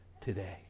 today